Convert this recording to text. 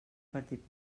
partit